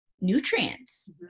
nutrients